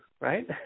right